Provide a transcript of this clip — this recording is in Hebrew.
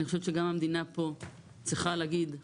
אני חושבת שגם המדינה צריכה להגיד פה